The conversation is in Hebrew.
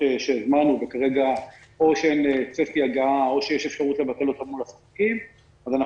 שהזמנו שכרגע אין צפי הגעה או שיש אפשרות לבטל אותן מול הספקים אנחנו